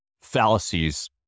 fallacies